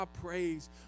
praise